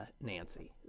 Nancy